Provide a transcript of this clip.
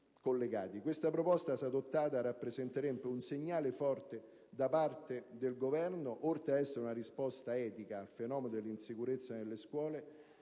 Questa proposta, se adottata, rappresenterebbe un segnale forte da parte del Governo; oltre ad essere una risposta etica al fenomeno della insicurezza nelle scuole,